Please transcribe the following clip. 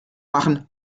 machen